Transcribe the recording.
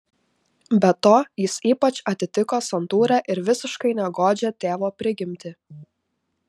be to jis ypač atitiko santūrią ir visiškai negodžią tėvo prigimtį